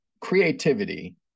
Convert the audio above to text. creativity